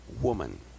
woman